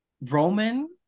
Roman